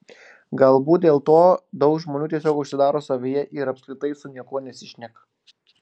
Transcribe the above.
galbūt dėl to daug žmonių tiesiog užsidaro savyje ir apskritai su niekuo nesišneka